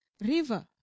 river